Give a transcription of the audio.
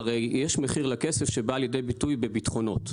הרי יש מחיר לכסף שבא לידי ביטוי בביטחונות,